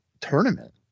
tournament